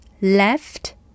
left